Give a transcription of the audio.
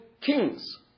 kings